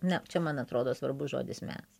na čia man atrodo svarbus žodis mes